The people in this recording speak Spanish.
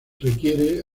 requiere